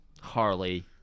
Harley